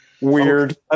Weird